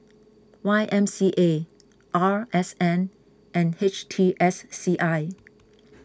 Y M C A R S N and H T S C I